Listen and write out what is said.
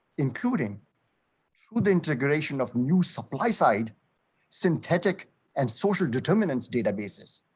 including food integration of new supply side synthetic and social determinants databases.